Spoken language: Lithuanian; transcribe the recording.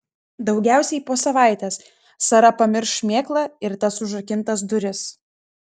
daugiausiai po savaitės sara pamirš šmėklą ir tas užrakintas duris